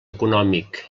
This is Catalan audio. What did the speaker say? econòmic